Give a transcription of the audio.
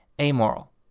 amoral